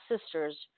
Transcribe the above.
sisters